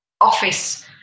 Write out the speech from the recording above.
office